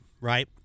right